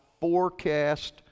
forecast